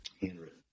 Handwritten